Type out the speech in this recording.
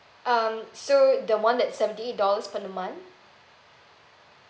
um so the one that's seventy eight dollars per month